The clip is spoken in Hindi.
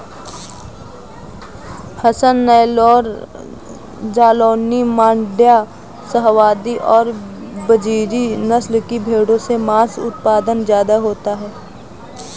हसन, नैल्लोर, जालौनी, माण्ड्या, शाहवादी और बजीरी नस्ल की भेंड़ों से माँस उत्पादन ज्यादा होता है